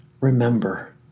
remember